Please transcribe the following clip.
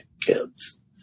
kids